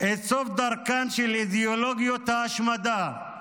את סוף דרכן של אידיאולוגיות ההשמדה,